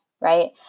Right